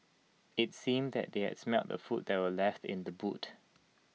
IT seemed that they had smelt the food that were left in the boot